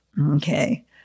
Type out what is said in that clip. Okay